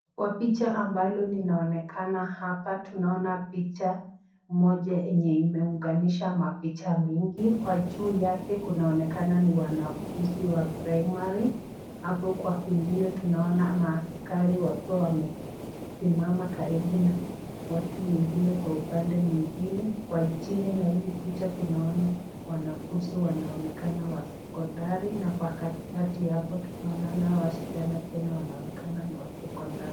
Kwa picha ambalo linaonekana hapa, tunaona picha moja yenye imeunganisha mapicha mingi. Kwa juu yake kunaonekana ni wanafunzi wa [primary], hapo kwa kwingine tunaona maaskari wakuwa wamesimama karibu na watu wengine kwa upande mwingine. Kwa chini la hili picha tunaona wanafunzi wanaonekana wa sekondari na kwa katikati hapo tunaona wasichana tena wanaonekana ni wa sekondari.